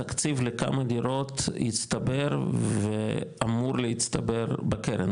תקציב לכמה דירות הצטבר ואמור להצטבר בקרן,